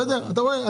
אתה רואה?